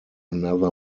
another